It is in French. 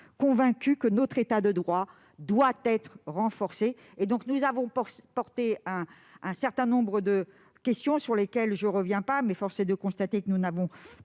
part, que notre État de droit doit être renforcé. Nous avons soulevé un certain nombre de questions, sur lesquelles je ne reviens pas, mais force est de constater que nous n'avons pas